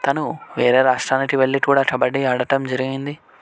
తను వేరే రాష్ట్రానికి వెళ్ళి కూడా కబడ్డీ ఆడటం జరిగింది